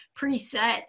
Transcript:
preset